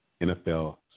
NFL